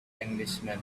englishman